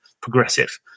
progressive